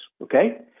Okay